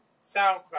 SoundCloud